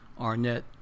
Arnett